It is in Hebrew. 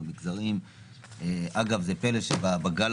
אגב, זה פלא שבגל